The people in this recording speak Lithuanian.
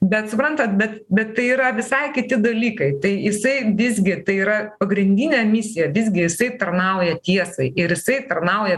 bet suprantat bet bet tai yra visai kiti dalykai tai jisai visgi tai yra pagrindinė misija visgi jisai tarnauja tiesai ir jisai tarnauja